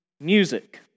music